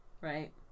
Right